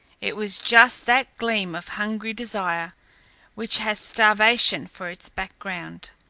it was just that gleam of hungry desire which has starvation for its background.